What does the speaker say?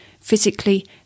physically